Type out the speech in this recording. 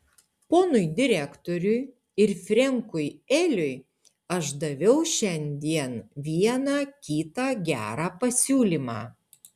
ponui direktoriui ir frenkui eliui aš daviau šiandien vieną kitą gerą pasiūlymą